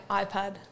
iPad